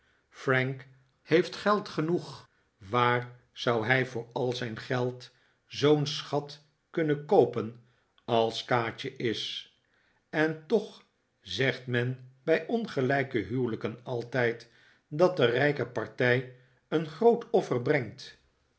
frank heeft geld genoeg waar zou hij voor al zijn geld zoo'n schat kunnen koopen als kaatje is en toch zegt men bij ongelijke huwelijken altijd dat de rijke partij een groot offer brengt